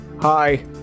hi